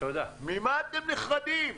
ממה אתם נחרדים?